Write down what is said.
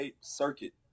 circuit